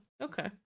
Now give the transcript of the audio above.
okay